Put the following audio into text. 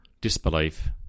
disbelief